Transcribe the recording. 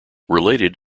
related